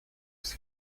his